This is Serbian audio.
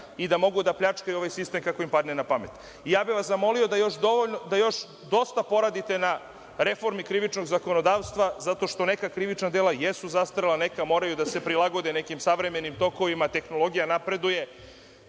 i da mogu da pljačkaju ovaj sistem kako im padne na pamet. Zamolio bih vas da još dosta poradite na reformi Krivičnog zakonodavstva, zato što neka krivična dela jesu zastarela, neka moraju da se prilagode nekim savremenim tokovima, tehnologija napreduje,